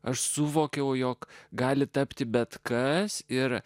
aš suvokiau jog gali tapti bet kas ir